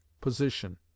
position